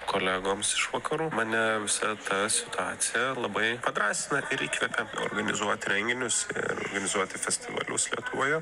kolegoms iš vakarų mane visa ta situacija labai padrąsina ir įkvepia organizuot renginius ir organizuoti festivalius lietuvoje